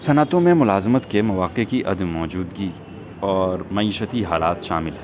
صنعتوں میں ملازمت کے مواقع کی عدم موجودگی اور معیشتی حالات شامل ہیں